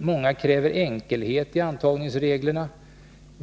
Många kräver just enkelhet i antagningsreglerna.